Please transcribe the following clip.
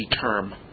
term